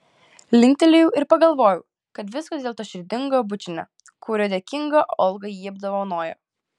linktelėjau ir pagalvojau kad viskas dėl to širdingo bučinio kuriuo dėkinga olga jį apdovanojo